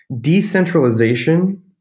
decentralization